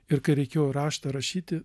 ir kai reikėjo raštą rašyti